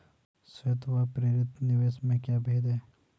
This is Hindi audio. स्वायत्त व प्रेरित निवेश में क्या भेद है?